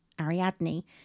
Ariadne